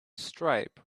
stripe